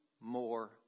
more